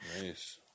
Nice